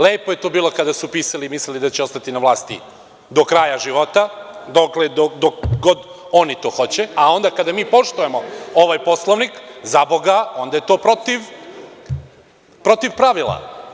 Lepo je to bilo kada su pisali i mislili da će ostati na vlasti do kraja života, do kad oni hoće, a onda kada mi poštujemo ovaj Poslovnik, zaboga, onda je to protiv pravila.